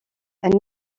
elle